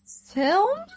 film